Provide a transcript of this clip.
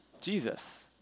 Jesus